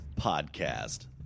podcast